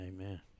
Amen